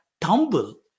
tumble